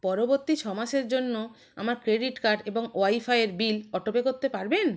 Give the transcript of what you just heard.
পরবর্তী ছ মাসের জন্য আমার ক্রেডিট কার্ড এবং ওয়াইফাইয়ের বিল অটোপে করতে পারবেন